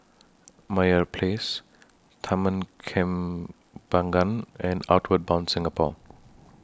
Meyer Place Taman Kembangan and Outward Bound Singapore